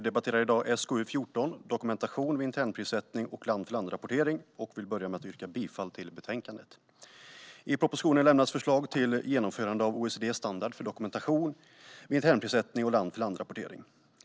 Herr talman! Vi debatterar i dag SkU14 Dokumentation vid internprissättning och land-för-land-rapportering på skatteområdet . Jag vill börja med att yrka bifall till utskottets förslag i betänkandet. I propositionen lämnas förslag till genomförande av OECD:s standard för dokumentation vid internprissättning och land-för-land-rapportering.